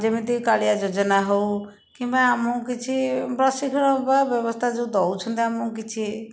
ଯେମିତି କାଳିଆ ଯୋଜନା ହେଉ କିମ୍ବା ଆମକୁ କିଛି ବସି ଖେଳ ବା ବ୍ୟବସ୍ଥା ଯେଉଁ ଦେଉଛନ୍ତି ଆମକୁ କିଛି